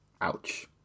ouch